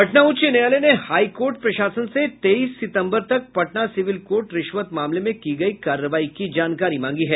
पटना उच्च न्यायालय ने हाई कोर्ट प्रशासन से तेईस सितम्बर तक पटना सिविल कोर्ट रिश्वत मामले में की गयी कार्रवाई की जानकारी मांगी है